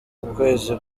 ukwezi